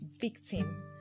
victim